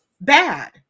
bad